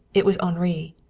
it was henri.